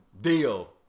Deal